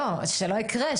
לא, שלא יקרה.